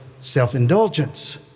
self-indulgence